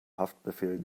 haftbefehl